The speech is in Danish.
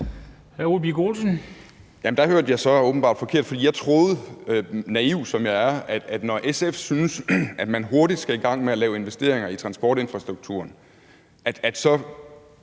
Der hørte jeg så åbenbart forkert. For jeg troede, naiv som jeg er, at når SF synes, at man hurtigt skal i gang med at lave investeringer i transportinfrastrukturen, så